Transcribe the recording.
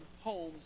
homes